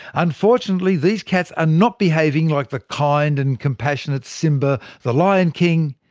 unfortunately, these cats are not behaving like the kind and compassionate simba, the lion king,